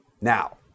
Now